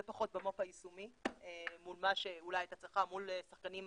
פחות במו"פ היישומי מול מה שאולי היא הייתה צריכה מול שחקנים